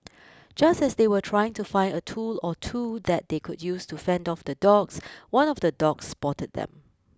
just as they were trying to find a tool or two that they could use to fend off the dogs one of the dogs spotted them